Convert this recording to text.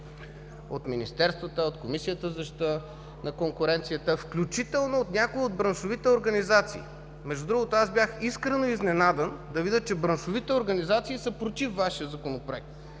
от министерствата, от Комисията за защита на конкуренцията, включително от някои от браншовите организации. Бях искрено изненадан да видя, че браншовите организации са против Вашия Законопроект.